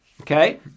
Okay